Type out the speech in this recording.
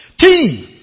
Team